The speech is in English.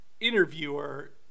interviewer